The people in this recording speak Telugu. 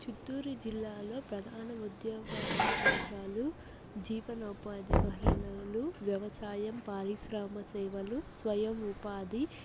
చిత్తూరు జిల్లాలో ప్రధాన ఉద్యోగ అవకాశాలు జీవనోపాధి వనరులు వ్యవసాయం పారిశ్రామ సేవలు స్వయం ఉపాధి